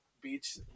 beach